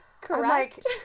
Correct